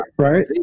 right